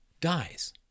dies